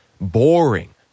boring